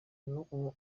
nubu